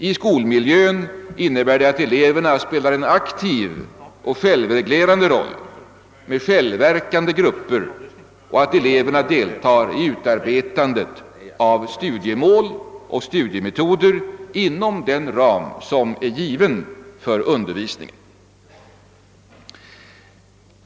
I skolmiljön innebär detta att eleverna spelar en aktiv och självreglerande roll med självverkande grupper och att eleverna deltar i utarbetandet av studiemål och studiemetoder inom den ram som är given för undervisningen.